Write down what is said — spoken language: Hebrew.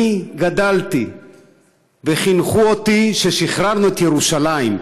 אני גדלתי וחינכו אותי ששחררנו את ירושלים.